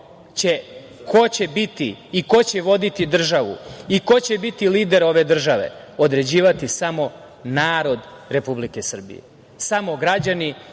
ko će biti i ko će voditi državu i ko će biti lider ove države određivaće samo narod Republike Srbije, samo građani